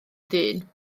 ddyn